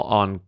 on